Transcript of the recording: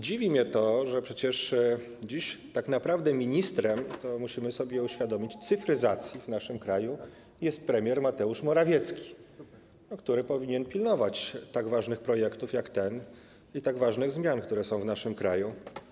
Dziwi mnie to, bo przecież dziś tak naprawdę ministrem cyfryzacji - to musimy sobie uświadomić - w naszym kraju jest premier Mateusz Morawiecki, który powinien pilnować tak ważnych projektów jak ten i tak ważnych zmian, które są w naszym kraju.